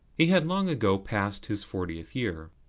he had long ago passed his fortieth year.